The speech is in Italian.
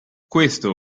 questo